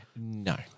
no